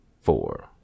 Four